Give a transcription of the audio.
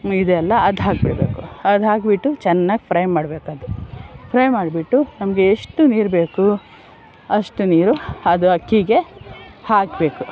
ಇದೆಲ್ಲ ಅರ್ಧ ಹಾಕಬೇಕು ಅರ್ಧ ಹಾಕಿಬಿಟ್ಟು ಚೆನ್ನಾಗಿ ಫ್ರೈ ಮಾಡಬೇಕು ಅದು ಫ್ರೈ ಮಾಡಿಬಿಟ್ಟು ನಮಗೆ ಎಷ್ಟು ನೀರು ಬೇಕು ಅಷ್ಟು ನೀರು ಅದು ಅಕ್ಕಿಗೆ ಹಾಕಬೇಕು